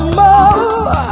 more